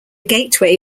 gateway